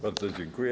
Bardzo dziękuję.